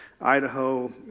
Idaho